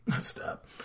Stop